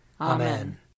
Amen